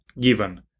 given